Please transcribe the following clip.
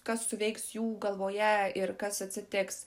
kas suveiks jų galvoje ir kas atsitiks